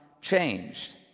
changed